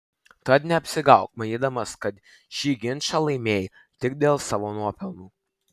tad neapsigauk manydamas kad šį ginčą laimėjai tik dėl savo nuopelnų